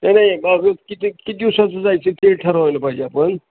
ना नाही गावाक किती किती दिवसाच जायचं आहे ते ठरवायला पाहिजे आपण